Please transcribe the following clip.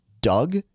Doug